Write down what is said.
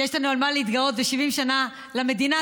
שיש לנו על מה להתגאות ב-70 שנה למדינה,